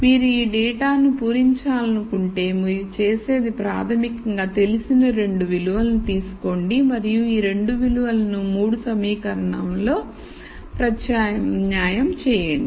మీరు ఈ డేటాను పూరించాలనుకుంటే మీరు చేసేది ప్రాథమికంగా తెలిసిన రెండు విలువలు తీసుకోండి మరియు ఈ రెండు విలువలను 3 సమీకరణాలలో ప్రత్యామ్నాయం చేయండి